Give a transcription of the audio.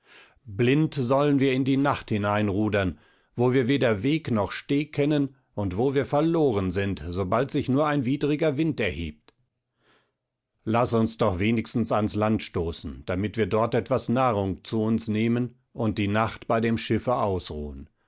blind sollen wir in die nacht hineinrudern wo wir weder weg noch steg kennen und wo wir verloren sind sobald sich nur ein widriger wind erhebt laß uns doch wenigstens ans land stoßen damit wir dort etwas nahrung zu uns nehmen und die nacht bei dem schiffe ausruhen